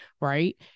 Right